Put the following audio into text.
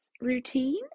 routine